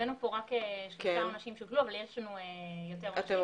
הבאנו לפה רק שלושה עונשים שהוטלו אבל יש לנו יותר עונשים.